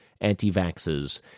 anti-vaxxers